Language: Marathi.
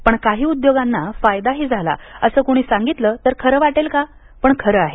पण काही उद्योगांना फायदाही झाला असं कुणी सांगितलं तर खरं वाटेल का पण खरं आहे